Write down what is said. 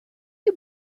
you